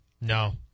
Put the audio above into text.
No